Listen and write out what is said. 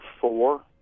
four